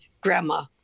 Grandma